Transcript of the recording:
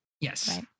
Yes